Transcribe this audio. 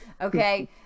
okay